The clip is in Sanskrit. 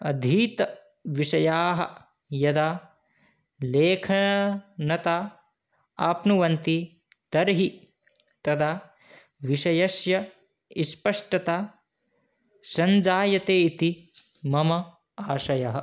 अधीतविषयाः यदा लेखनता आप्नुवन्ति तर्हि तदा विषयस्य स्पष्टता सञ्जायते इति मम आशयः